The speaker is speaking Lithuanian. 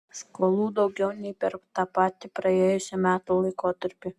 skolų daugiau nei per tą patį praėjusių metų laikotarpį